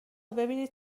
ببینید